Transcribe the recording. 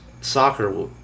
soccer